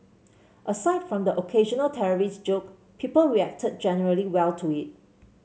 aside from the occasional terrorist joke people reacted generally well to it